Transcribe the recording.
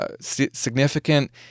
Significant